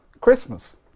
Christmas